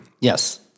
yes